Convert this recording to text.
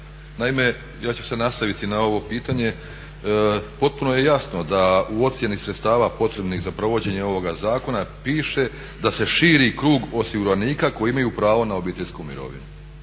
naime, ja ću se nastaviti na ovo pitanje, potpuno je jasno da u ocjeni sredstava potrebnih za provođenje ovoga zakona piše da se širi krug osiguranika koji imaju pravo na obiteljsku imovinu,